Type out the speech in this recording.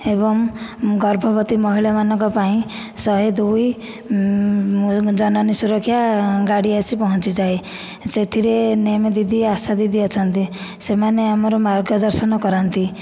ଏବଂ ଗର୍ଭବତୀ ମହିଳାମାନଙ୍କ ପାଇଁ ଶହେ ଦୁଇ ଜନନୀ ସୁରକ୍ଷା ଗାଡ଼ି ଆସି ପହଞ୍ଚିଯାଏ ସେଥିରେ ଏଏନ୍ଏମ୍ ଦିଦି ଆଶା ଦିଦି ଅଛନ୍ତି ସେମାନେ ଆମର ମାର୍ଗଦର୍ଶନ କରନ୍ତି